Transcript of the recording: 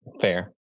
Fair